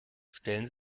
stellen